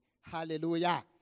Hallelujah